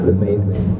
amazing